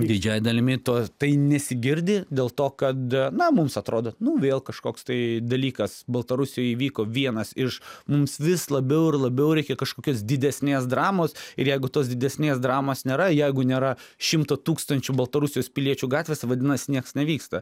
didžiąja dalimi to tai nesigirdi dėl to kada na mums atrodo nu vėl kažkoks tai dalykas baltarusijoj įvyko vienas iš mums vis labiau ir labiau reikia kažkokios didesnės dramos ir jeigu tos didesnės dramos nėra jeigu nėra šimto tūkstančių baltarusijos piliečių gatvės vadinasi niekas nevyksta